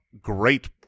great